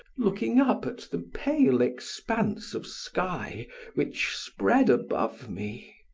looking up at the pale expanse of sky which spread above me.